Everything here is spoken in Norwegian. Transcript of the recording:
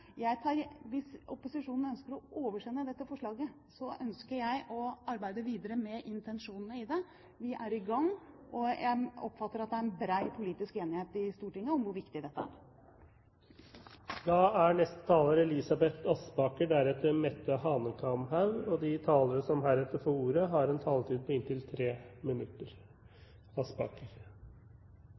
intensjonene i det. Vi er i gang, og jeg oppfatter at det er en bred politisk enighet i Stortinget om hvor viktig dette er. De talere som heretter får ordet, har en taletid på inntil 3 minutter.